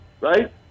right